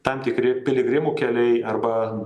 tam tikri piligrimų keliai arba